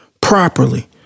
properly